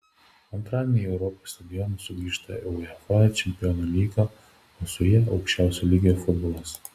antradienį į europos stadionus sugrįžta uefa čempionų lyga o su ja aukščiausio lygio futbolas